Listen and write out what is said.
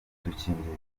udukingirizo